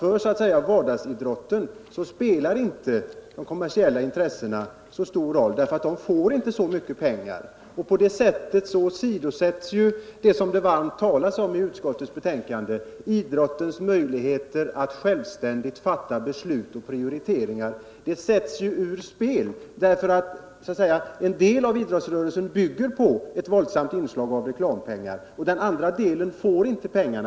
För vardagsidrotten spelar inte de kommersiella intressena så stor roll, för de satsar inte så mycket pengar på den sortens idrott. På det sättet åsidosätts ju det som det varmt talas om i utskottets betänkande, nämligen idrottens möjligheter att självständigt fatta beslut och göra prioriteringar. Den möjligheten sätts ur spel därför att en del av idrottsrörelsen bygger på ett våldsamt inslag av reklampengar, medan den andra delen inte får några sådana pengar.